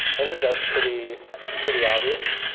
i think that's pretty pretty obvious.